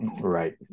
right